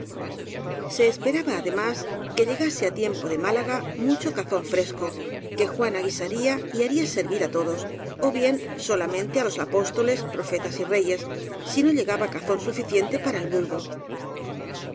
se esperaba además que llegase á tiempo de má laga mucho cazón fresco que juana guisaría y ha ría servir á todos ó bien solamente á los apósto les profetas y reyes si no llegaba cazón suficiente para el vulgo